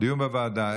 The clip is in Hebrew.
דיון בוועדה.